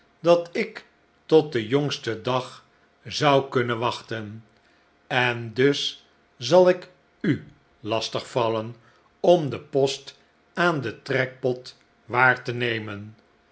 dat ik tot den jongsten dag zou kunnen wachten en dus zal ik u lastig vallen om den post aan den trekpot waar te nemen